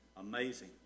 Amazing